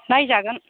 नायजागोन